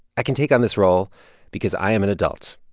i can take on this role because i am an adult.